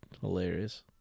hilarious